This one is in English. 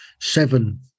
seven